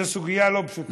זו סוגיה לא פשוטה.